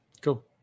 Cool